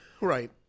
Right